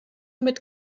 mit